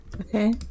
Okay